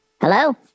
Hello